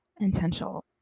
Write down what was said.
intentional